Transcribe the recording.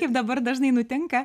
kaip dabar dažnai nutinka